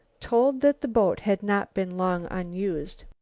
told that the boat had not been long unused.